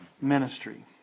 ministry